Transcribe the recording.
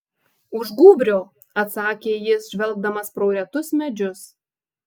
už gūbrio atsakė jis žvelgdamas pro retus medžius